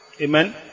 Amen